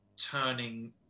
turning